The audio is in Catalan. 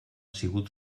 sigut